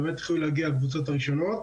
ובאמת התחילו להגיע הקבוצות הראשונות.